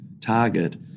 target